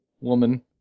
woman